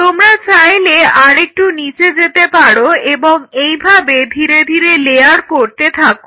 তোমরা চাইলে আরেকটু নিচে যেতে পারো এবং এইভাবে ধীরে ধীরে লেয়ার করতে থাকো